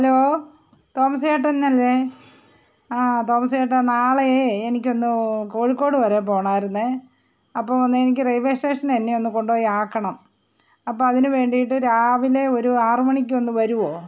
hello തോമസേട്ടൻ അല്ലേ ആ തോമസ് ഏട്ടാ നാളേ എനിക്ക് ഒന്ന് കോഴിക്കോട് വരെ പോകണായിരുന്നു അപ്പോൾ ഒന്ന് എനിക്ക് റെയില്വേ സ്റ്റേഷനെ എന്നെ ഒന്ന് കൊണ്ടു പോയി ആക്കണം അപ്പോൾ അതിന് വേണ്ടിയിട്ട് രാവിലെ ഒരു ആറു മണിക്ക് ഒന്ന് വരുമോ